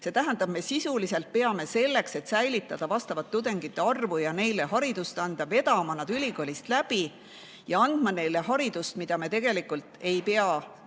See tähendab, me sisuliselt peame selleks, et säilitada vastavat tudengite arvu ja et me saaksime neile haridust anda, vedama nad ülikoolist läbi ja andma neile haridust, mida me tegelikult ei pea vahetevahel